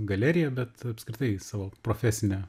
galerija bet apskritai savo profesine